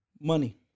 Money